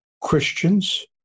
Christians